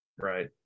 Right